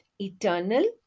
eternal